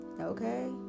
Okay